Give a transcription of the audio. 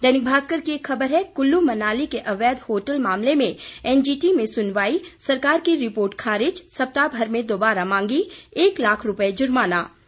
दैनिक भास्कर की एक खबर है कुल्लु मनाली के अवैध होटल मामले में एनजीटी में सुनवाई सरकार की रिपोर्ट खारिज सप्ताहभर में दोबारा मांगी एक लाख रूपये जुर्माना लगाया